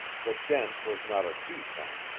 the dent was not a deep one,